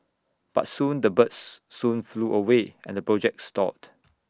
but soon the birds soon flew away and the project stalled